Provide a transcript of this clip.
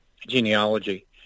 genealogy